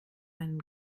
einen